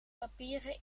papieren